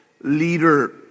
leader